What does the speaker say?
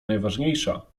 najważniejsza